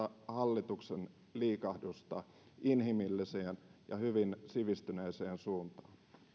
hallituksen liikahdusta inhimilliseen ja ja hyvin sivistyneeseen suuntaan